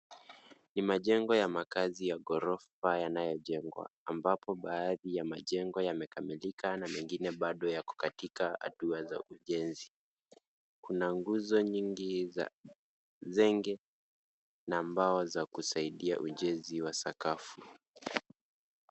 Ni majengo ya makazi ya ghorofa yanayojengwa, ambapo baadhi ya majengo, yamekamilika na mengine bado yako katika hatua za ujenzi. Kuna nguzo nyingi za zenge na mbao za kusaidia ujenzi wa sakafu.